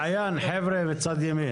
מעיין, חבר'ה בצד ימין.